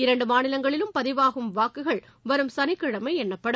இரண்டு மாநிலங்களிலும் பதிவாகும் வாக்குகள் வரும் சனிக்கிழமை எண்ணப்படும்